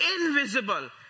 invisible